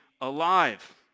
alive